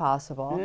possible